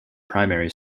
primary